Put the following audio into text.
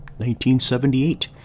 1978